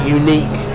unique